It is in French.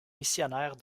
missionnaires